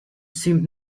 seemed